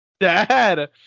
Dad